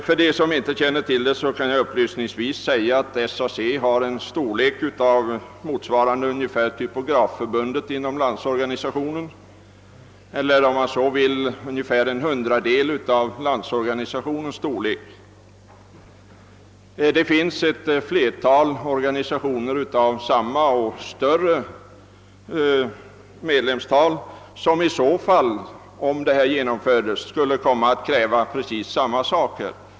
För dem som inte vet det, kan jag upplysa om att SAC har ungefär samma storlek som Typografförbundet inom Landsorganisationen eller ungefär en hundradel av LO:s storlek. Det finns ett flertal organisationer med lika stort eller större medlemsantal, vilka om detta genomfördes skulle komma att kräva precis samma rättigheter.